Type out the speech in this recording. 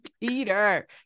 Peter